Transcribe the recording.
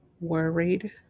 worried